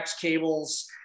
cables